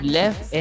left